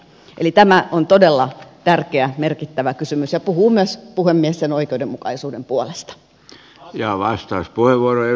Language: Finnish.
eli tämä on todella tärkeä merkittävä kysymys ja puhuu myös puhemies sen oikeudenmukaisuuden puolesta